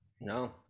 No